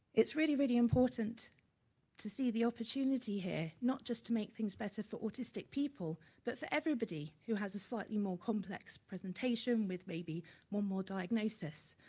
it's really, really important to see the opportunity here, not just to make things better for autistic people but for everybody who has a slightly more complex presentation, with maybe more more diagnosis,